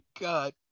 God